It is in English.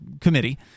Committee